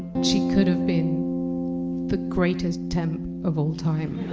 she could have been the greatest temp of all time